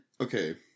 okay